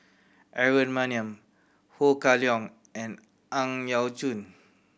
Aaron Maniam Ho Kah Leong and Ang Yau Choon